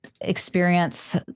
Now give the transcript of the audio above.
experience